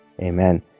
Amen